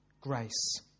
grace